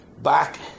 back